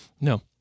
No